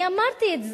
אני אמרתי את זה,